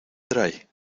trae